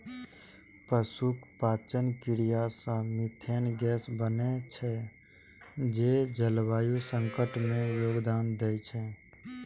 पशुक पाचन क्रिया सं मिथेन गैस बनै छै, जे जलवायु संकट मे योगदान दै छै